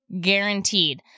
guaranteed